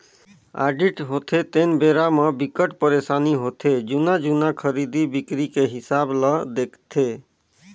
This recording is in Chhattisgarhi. आडिट होथे तेन बेरा म बिकट परसानी होथे जुन्ना जुन्ना खरीदी बिक्री के हिसाब ल देखथे